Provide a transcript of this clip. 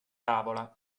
tavola